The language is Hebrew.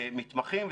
מתמחים,